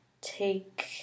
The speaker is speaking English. take